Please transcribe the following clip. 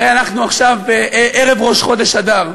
הרי אנחנו עכשיו בערב ראש חודש אדר,